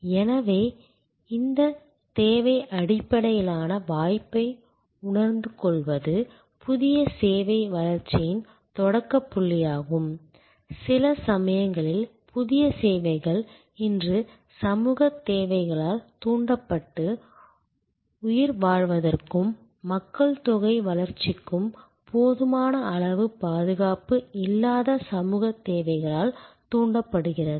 எனவே இந்த தேவை அடிப்படையிலான வாய்ப்பை உணர்ந்துகொள்வது புதிய சேவை வளர்ச்சியின் தொடக்கப் புள்ளியாகும் சில சமயங்களில் புதிய சேவைகள் இன்று சமூகத் தேவைகளால் தூண்டப்பட்டு உயிர்வாழ்வதற்கும் மக்கள்தொகை வளர்ச்சிக்கும் போதுமான அளவு பாதுகாப்பு இல்லாத சமூகத் தேவைகளால் தூண்டப்படுகிறது